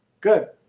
good